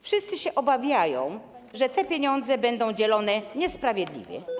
Wszyscy się obawiają, że te pieniądze będą dzielone niesprawiedliwie.